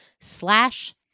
slash